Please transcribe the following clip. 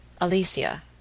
Alicia